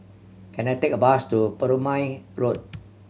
can I take a bus to Perumal Road